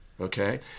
okay